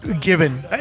given